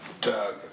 Doug